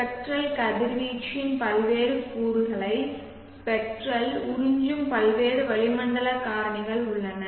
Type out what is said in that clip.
spectral கதிர்வீச்சின் பல்வேறு கூறுகளை ஸ்பெக்ட்ரல் உறிஞ்சும் பல்வேறு வளிமண்டல காரணிகள் உள்ளன